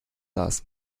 das